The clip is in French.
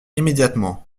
immédiatement